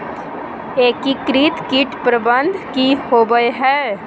एकीकृत कीट प्रबंधन की होवय हैय?